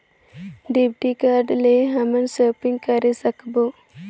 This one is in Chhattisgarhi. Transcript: डेबिट कारड ले हमन शॉपिंग करे सकबो?